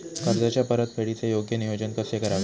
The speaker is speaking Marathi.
कर्जाच्या परतफेडीचे योग्य नियोजन कसे करावे?